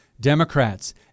Democrats